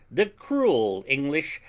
the cruel english,